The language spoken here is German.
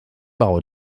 bau